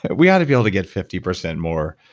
we ought to be able to get fifty percent more